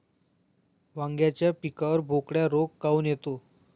वांग्याच्या पिकावर बोकड्या रोग काऊन येतो?